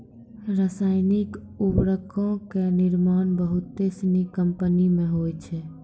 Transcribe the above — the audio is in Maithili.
रसायनिक उर्वरको के निर्माण बहुते सिनी कंपनी मे होय छै